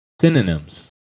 synonyms